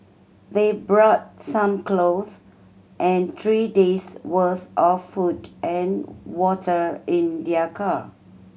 they brought some clothes and three day's worth of food and water in their car